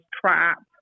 trap